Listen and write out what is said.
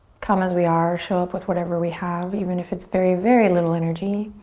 come as we are, show up with whatever we have even if it's very, very little energy.